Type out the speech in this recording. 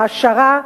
העשרה,